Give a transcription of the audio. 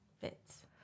fits